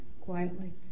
quietly